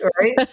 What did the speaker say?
right